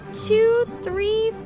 two, three,